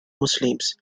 muslims